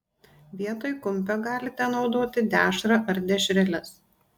vietoj kumpio galite naudoti dešrą ar dešreles